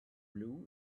blue